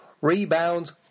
rebounds